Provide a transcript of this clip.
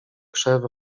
krzew